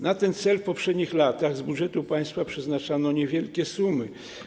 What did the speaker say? Na ten cel w poprzednich latach z budżetu państwa przeznaczano niewielkie sumy.